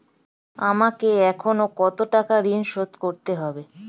আমাকে এখনো কত টাকা ঋণ শোধ করতে হবে?